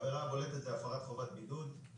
העבירה הבולטת היא הפרת חובת בידוד.